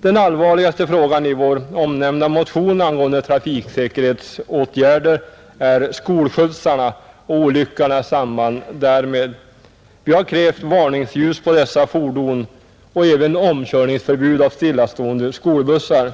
Den allvarligaste frågan i vår omnämnda motion angående trafiksäkerhetsåtgärder är skolskjutsarna och olyckorna i samband därmed. Vi har krävt varningsljus på dessa fordon och även förbud mot omkörning av stillastående skolbussar.